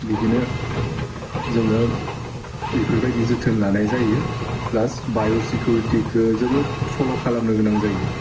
बिदिनो जोङो बिफोरबायदि जोथोन लानाय जायो प्लास बाइसिकुरिटिखौ जोबोद फल' खालामनो गोनां जायो